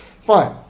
fine